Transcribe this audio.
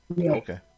okay